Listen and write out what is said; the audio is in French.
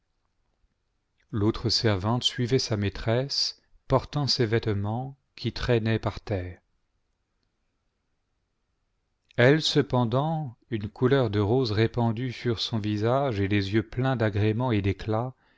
l'autre servante suivait sa maîtresse portant ses vêtements qui traînaient par terre elle cependant une couleur de rose répandue sur son visage et les yeux pleins d'agréments et d'éclats